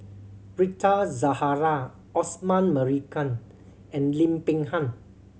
Rita Zahara Osman Merican and Lim Peng Han